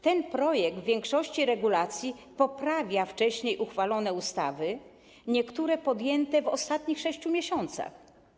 Ten projekt w większości regulacji poprawia wcześniej uchwalone ustawy, niektóre podjęte w ostatnich 6 miesiącach.